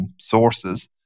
sources